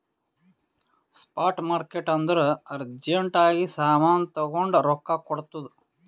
spot market ಅಂದುರ್ urgent ಆಗಿ ಸಾಮಾನ್ ತಗೊಂಡು ರೊಕ್ಕಾ ಕೊಡ್ತುದ್